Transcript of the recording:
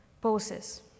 poses